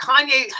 kanye